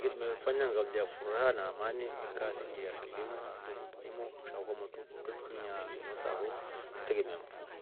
Ngiilime ifanya nkakolya furaha na amani ni kasi ya kilimo kwa sababu kilimo sha kwa motu twetumia inyosa fo twetegemia mfua.